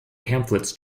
pamphlets